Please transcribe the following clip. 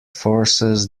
forces